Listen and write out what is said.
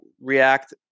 react